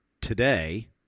today